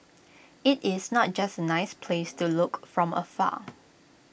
IT is not just A nice place to look from afar